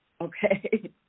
Okay